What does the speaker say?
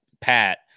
Pat